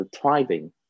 thriving